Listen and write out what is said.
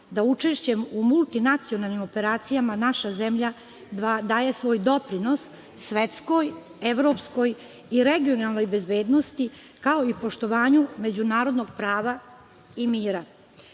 da učešćem u multinacionalnim operacijama naša zemlja daje svoj doprinos svetskoj, evropskoj i regionalnoj bezbednosti, kao i poštovanju međunarodnog prava i mira.U